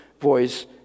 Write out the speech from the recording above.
voice